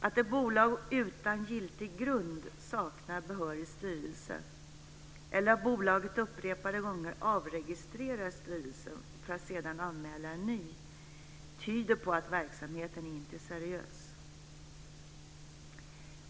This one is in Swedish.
Att ett bolag utan giltig grund saknar behörig styrelse eller att bolaget upprepade gånger avregistrerar styrelsen för att sedan anmäla en ny tyder på att verksamheten inte är seriös.